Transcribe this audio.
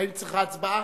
האם היא צריכה הצבעה?